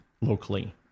locally